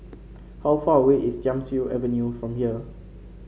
how far away is Thiam Siew Avenue from here